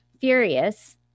furious